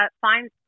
find